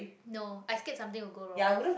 no i scared something will go wrong